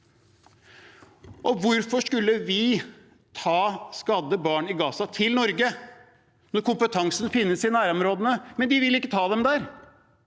Hvorfor skulle vi ta skadde barn i Gaza til Norge når kompetansen finnes i nærområdene? De vil ikke ta dem imot